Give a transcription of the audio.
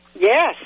Yes